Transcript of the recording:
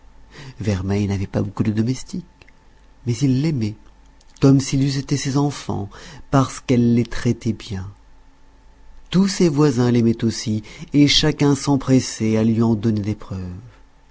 vermeille n'avait pas beaucoup de domestiques mais ils l'aimaient comme s'ils eussent été ses enfants parce qu'elle les traitaient bien tous ses voisins l'aimaient aussi et chacun s'empressait à lui en donner des preuves